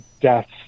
deaths